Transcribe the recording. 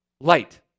Light